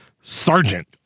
sergeant